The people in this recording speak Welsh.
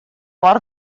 mor